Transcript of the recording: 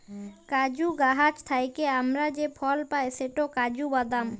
কাজু গাহাচ থ্যাইকে আমরা যে ফল পায় সেট কাজু বাদাম